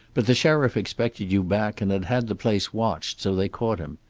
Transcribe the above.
but the sheriff expected you back and had had the place watched, so they caught him.